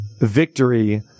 victory